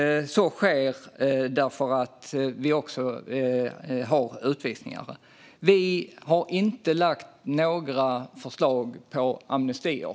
Så sker därför att vi också har utvisningar. Vi har inte lagt fram några förslag på amnestier.